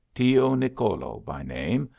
tio nicolo by name,